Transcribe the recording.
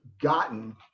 gotten